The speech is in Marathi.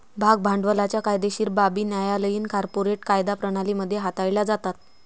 भाग भांडवलाच्या कायदेशीर बाबी न्यायालयीन कॉर्पोरेट कायदा प्रणाली मध्ये हाताळल्या जातात